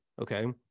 okay